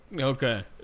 Okay